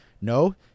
No